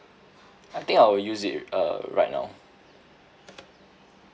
I think I'll use it uh right now